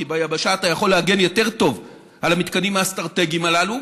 כי ביבשה אתה יכול להגן יותר טוב על המתקנים האסטרטגיים הללו.